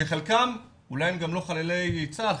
שחלקם אולי הם גם לא חללי צה"ל,